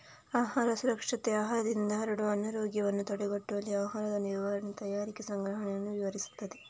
ಆಹಾರ ಸುರಕ್ಷತೆ ಆಹಾರದಿಂದ ಹರಡುವ ಅನಾರೋಗ್ಯವನ್ನು ತಡೆಗಟ್ಟುವಲ್ಲಿ ಆಹಾರದ ನಿರ್ವಹಣೆ, ತಯಾರಿಕೆ, ಸಂಗ್ರಹಣೆಯನ್ನು ವಿವರಿಸುತ್ತದೆ